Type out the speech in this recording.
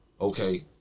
Okay